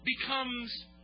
becomes